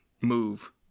move